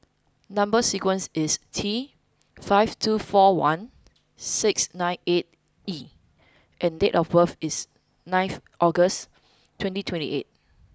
number sequence is T five two four one six nine eight E and date of birth is ninth August twenty twenty eight